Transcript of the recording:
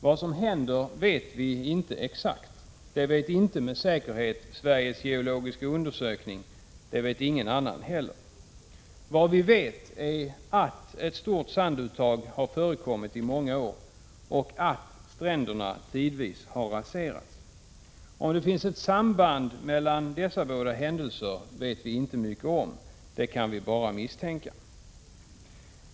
Vad som händer vet vi inte exakt, det vet inte Sveriges geologiska undersökning med säkerhet, och det vet ingen annan heller. Vad vi vet är att ett stort sanduttag har förekommit i många år och att stränderna tidvis har raserats. Om det finns ett samband mellan dessa båda händelser vet vi inte mycket om, det kan vi bara misstänka.